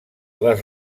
les